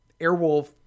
Airwolf